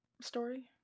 story